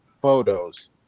photos